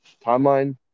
timeline